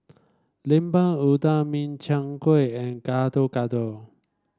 Lemper Udang Min Chiang Kueh and Gado Gado